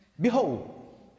behold